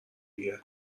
دیگه